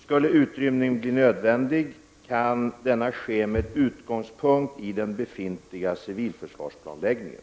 Skulle utrymning bli nödvändig kan denna ske med utgångspunkt i den befintliga civilförsvarsplanläggningen.